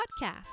podcast